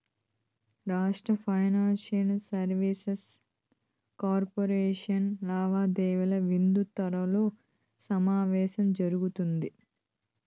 రాష్ట్ర financial services corporation లావాదేవిల మింద త్వరలో సమావేశం జరగతాది